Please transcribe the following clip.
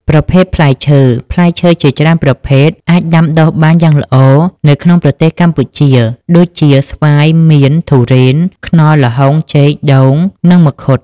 ប្រភេទផ្លែឈើ ផ្លែឈើជាច្រើនប្រភេទអាចដាំដុះបានយ៉ាងល្អនៅក្នុងប្រទេសកម្ពុជាដូចជា ស្វាយ មៀន ធូរ៉េន ខ្នុរ ល្ហុង ចេក ដូង និងមង្ឃុត។